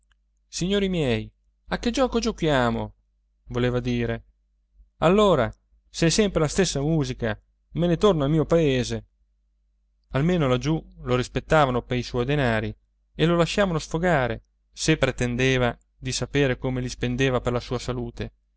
signori miei a che giuoco giuochiamo voleva dire allora se è sempre la stessa musica me ne torno al mio paese almeno laggiù lo rispettavano pei suoi denari e lo lasciavano sfogare se pretendeva di sapere come li spendeva per la sua salute